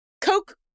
Coke